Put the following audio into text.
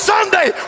Sunday